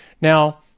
Now